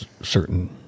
certain